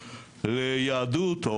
ליהדות,